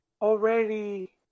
already